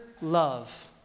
love